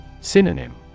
Synonym